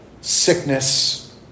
sickness